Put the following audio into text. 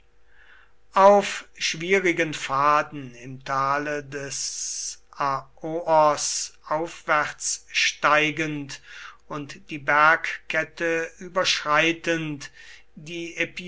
auf schwierigen pfaden im tale des aoos aufwärtssteigend und die bergkette überschreitend die